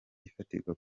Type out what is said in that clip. ifatirwa